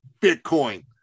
Bitcoin